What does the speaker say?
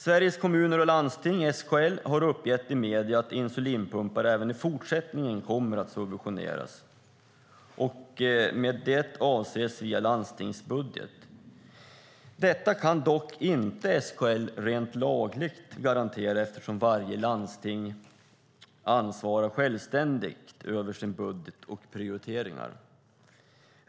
Sveriges Kommuner och Landsting, SKL, har uppgett i medierna att insulinpumpar även i fortsättningen kommer att subventioneras och då via landstingsbudgeterna. Detta kan dock inte SKL garantera rent lagligt eftersom varje landsting ansvarar självständigt för sin budget och sina prioriteringar.